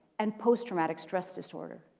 and post traumatic stress disorder,